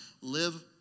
live